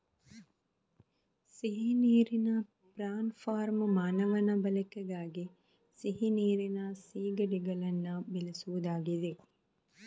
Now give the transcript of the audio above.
ಸಿಹಿ ನೀರಿನ prawn farm ಮಾನವನ ಬಳಕೆಗಾಗಿ ಸಿಹಿ ನೀರಿನ ಸೀಗಡಿಗಳನ್ನ ಬೆಳೆಸುದಾಗಿದೆ